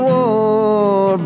War